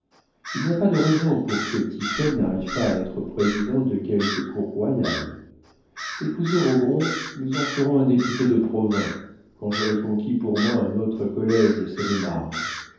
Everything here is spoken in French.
il n'y a pas de raison pour que tiphaine n'arrive pas à être président de quelque cour royale épousez rogron nous en ferons un député de provins quand j'aurai conquis pour moi un autre collége de